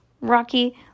Rocky